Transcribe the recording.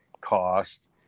cost